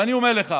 ואני אומר לך,